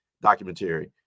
documentary